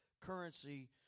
currency